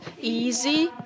easy